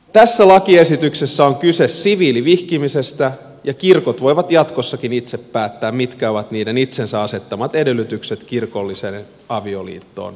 tässä lakiesityksessä on kyse siviilivihkimisestä ja kirkot voivat jatkossakin itse päättää mitkä ovat niiden itsensä asettamat edellytykset kirkolliseen avioliittoon vihkimiselle